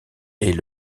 est